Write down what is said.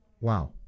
Wow